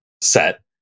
set